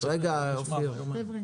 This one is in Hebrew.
רגע, אופיר.